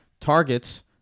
targets